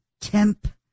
temp